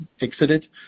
exited